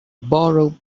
borough